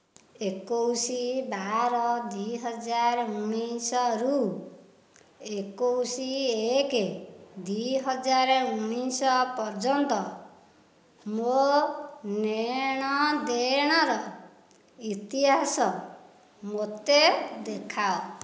ଏକୋଇଶ ବାର ଦୁଇ ହଜାର ଉଣେଇଶରୁ ଏକୋଇଶ ଏକ ଦୁଇ ହଜାର ଉଣେଇଶ ପର୍ଯ୍ୟନ୍ତ ମୋ ନେଣଦେଣର ଇତିହାସ ମୋତେ ଦେଖାଅ